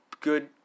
good